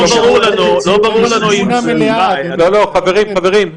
למה צודק?